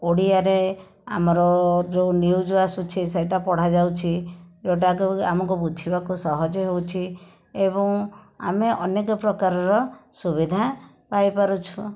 ଓଡ଼ିଆରେ ଆମର ଯେଉଁ ନ୍ୟୁଜ୍ ଆସୁଛି ସେଇଟା ପଢ଼ାଯାଉଛି ଯେଉଁଟାକି ଆମକୁ ବୁଝିବାକୁ ସହଜ ହେଉଛି ଏବଂ ଆମେ ଅନେକ ପ୍ରକାରର ସୁବିଧା ପାଇ ପାରୁଛୁ